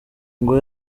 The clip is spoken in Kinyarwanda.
ngo